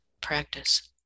practice